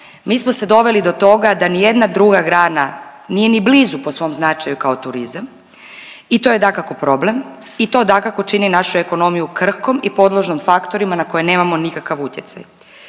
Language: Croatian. mi smo se doveli do toga da ni jedna druga grana nije ni blizu po svom značaju kao turizam i to je dakako problem i to dakako čini našu ekonomiju krhkom i podložnom faktorima na koje nemamo nikakav utjecaj.